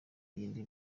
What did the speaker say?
ry’iyi